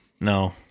no